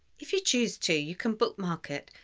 if you choose to, you can bookmark it,